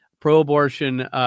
pro-abortion